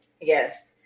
Yes